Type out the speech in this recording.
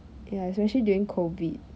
ya especially during COVID